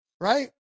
right